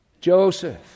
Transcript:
Joseph